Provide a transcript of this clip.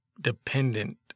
dependent